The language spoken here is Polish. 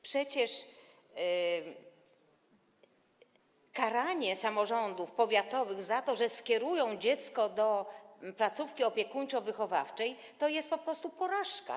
Przecież karanie samorządów powiatowych za to, że skierują dziecko do placówki opiekuńczo-wychowawczej, jest po prostu porażką.